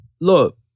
look